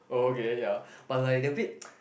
oh okay ya but like they're a bit